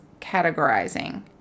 categorizing